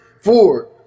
four